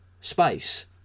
Space